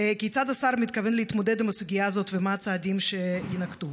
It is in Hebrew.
כיצד השר מתכוון להתמודד עם הסוגיה הזאת ומה הצעדים שיינקטו?